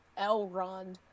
Elrond